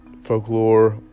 folklore